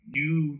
new